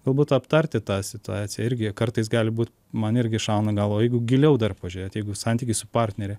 galbūt aptarti tą situaciją irgi kartais gali būt man irgi šauna į galvą o jeigu giliau dar pažiūrėt jeigu santykiai su partnere